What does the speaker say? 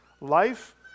life